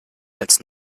als